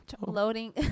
loading